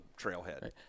trailhead